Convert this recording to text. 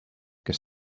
kes